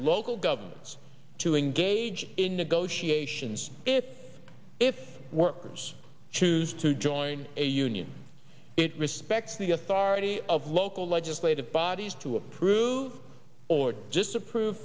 local governments to engage in negotiations if if workers choose to join a union it respects the authority of local legislative bodies to approve or disapprove